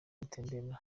gutemberera